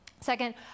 Second